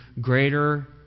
greater